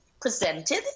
presented